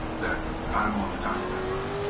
that i'm on the time deadline.